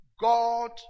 God